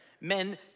men